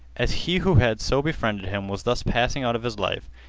as he who had so befriended him was thus passing out of his life,